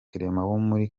muri